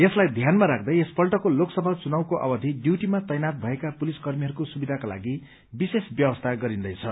यसलाई ध्यान राख्दै यसपल्टको लोकसभा चुनावको अवधि डयूटीमा तैनाथ भएका पुलिस कर्मीहरूको सुविधाको लागि विशेष व्यवस्था गरिन्दैछ